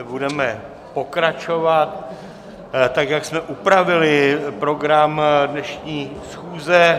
Budeme pokračovat tak, jak jsme upravili program dnešní schůze.